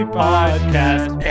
podcast